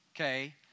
okay